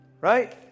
Right